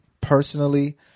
personally